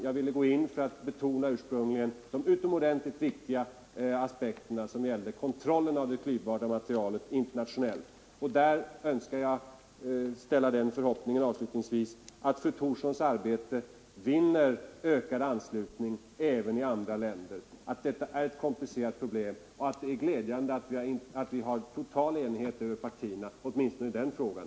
Jag gick ursprungligen in i den för att betona de utomordentligt viktiga aspekterna angående kontrollen av det klyvbara materialet internationellt. På den punkten vill jag avslutningsvis uttrycka förhoppningen att fru Thorssons arbete skall vinna ökad anslutning även i andra länder. Detta är ett komplicerat problem, och det är glädjande att det i dag råder total enighet över partierna åtminstone i den frågan.